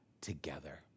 together